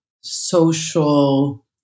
social